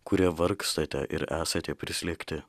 kurie vargstate ir esate prislėgti